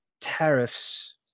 tariffs